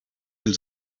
viel